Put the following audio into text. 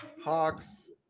Hawks